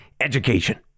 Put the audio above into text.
education